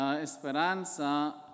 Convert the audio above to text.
esperanza